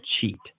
cheat